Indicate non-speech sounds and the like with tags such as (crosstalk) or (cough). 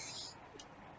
(breath)